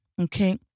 Okay